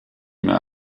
mehr